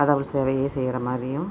கடவுள் சேவையை செய்கிற மாதிரியும்